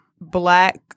Black